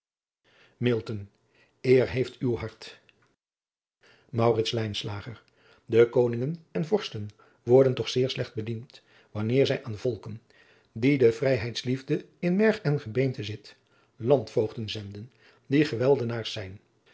eer heeft uw hart maurits lijnslager de koningen en vorsten worden toch zeer slecht bediend wanneer zij aan volken dien de vrijheidsliefde in merg en gebeente zit landvoogden zenden die geweldenaars zijn